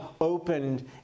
opened